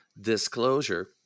disclosure